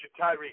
Tyreek